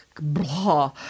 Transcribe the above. blah